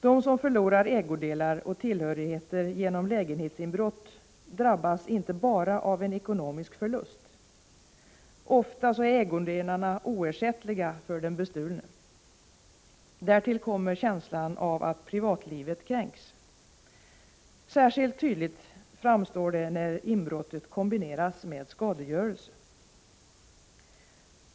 De som förlorar ägodelar och tillhörigheter genom lägenhetsinbrott drabbas inte bara av en ekonomisk förlust. Ofta är ägodelarna oersättliga för den bestulne. Därtill kommer känslan av att privatlivet kränks. Särskilt tydligt framstår det när inbrottet kombineras med skadegörelse.